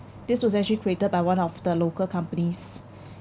this was actually created by one of the local companies